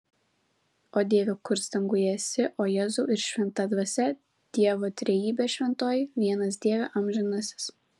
o dieve kurs danguje esi o jėzau ir šventa dvasia dievo trejybe šventoji vienas dieve amžinasis